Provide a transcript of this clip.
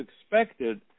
expected